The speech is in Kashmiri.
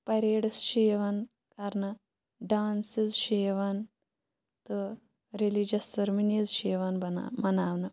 پَریٚڈٕس چھِ یِوان کرنہٕ ڈانسٕز چھِ یِوان تہٕ ریلِجیس سیرِمِنیٖز چھِ یِوان بنا مناونہٕ